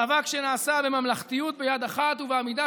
מאבק שנעשה בממלכתיות ביד אחת ובעמידה